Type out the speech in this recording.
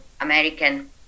American